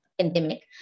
pandemic